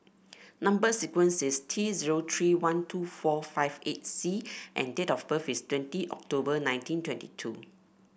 number sequence is T zero three one two four five eight C and date of birth is twenty October nineteen twenty two